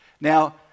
now